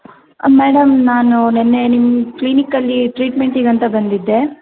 madam ನಾನು ನಿನ್ನೆ ನಿಮ್ಮ ಕ್ಲಿನಿಕ್ಕಲ್ಲಿ ಟ್ರೀಟ್ಮೆಂಟಿಗೆ ಅಂತ ಬಂದಿದ್ದೆ